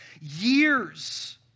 years